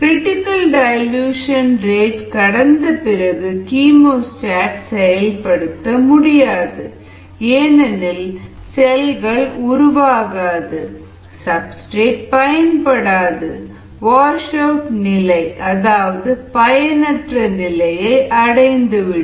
critical dilution rate கடந்த பிறகு chemostat செயல்படுத்த முடியாது ஏனெனில் செல்கள் உருவாகாது சப்ஸ்டிரேட் பயன்படாது வாஷ் அவுட் நிலை அதாவது பயனற்ற நிலையை அடைந்துவிடும்